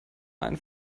ein